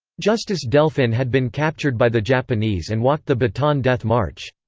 justice delfin had been captured by the japanese and walked the bataan death march.